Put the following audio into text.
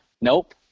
nope